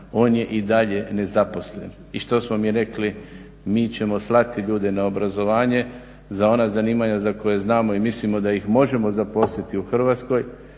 On je i dalje nezaposlen. I što smo mi rekli? Mi ćemo slati ljude na obrazovanje za ona zanimanja za koja znamo i mislimo da ih možemo zaposliti u Hrvatskoj